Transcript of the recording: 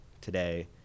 today